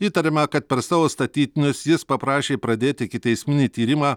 įtariama kad per savo statytinius jis paprašė pradėt ikiteisminį tyrimą